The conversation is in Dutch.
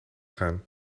gaan